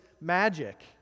magic